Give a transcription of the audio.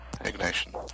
Ignition